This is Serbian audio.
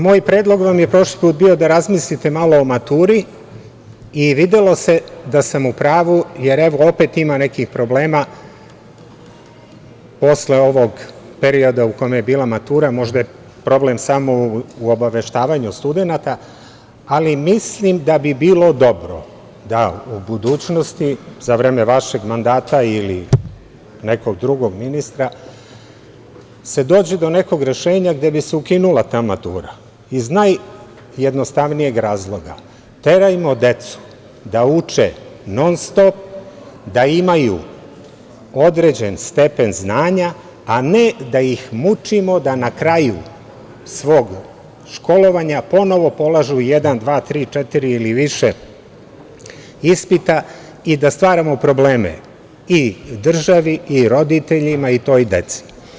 Moj predlog vam je bio prošli put da razmislite malo o maturi i videlo se da sam u pravu, jer opet ima nekih problema u periodu u kome je bilo matura, možda je problem u obaveštavanju studenata, ali mislim da bi bilo dobro, da u budućnosti za vreme vašeg mandata, ili nekog drugog ministra, se dođe do nekog rešenja gde bi se ukinula ta matura, iz najjednostavnijeg razloga, terajmo decu da uče non stop, da imaju određen stepen znanja, a ne da ih mučimo da na kraju svog školovanja ponovo polažu jedan, dva, tri, četiri ili više ispita, i da stvaramo probleme i državi i roditeljima i toj deci.